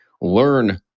learn